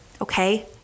Okay